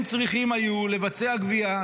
הם היו צריכים לבצע גבייה.